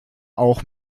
auch